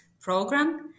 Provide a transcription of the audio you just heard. program